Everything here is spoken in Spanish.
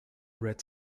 red